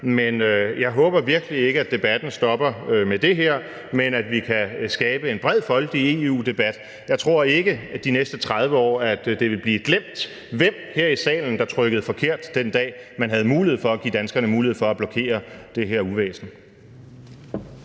men jeg håber virkelig ikke, at debatten stopper med det her, men at vi kan skabe en bred folkelig EU-debat. Jeg tror ikke, at det de næste 30 år vil blive glemt, hvem her i salen der trykkede forkert den dag, man havde mulighed for at give danskerne mulighed for at blokere det her uvæsen.